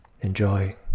Enjoy